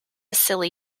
silly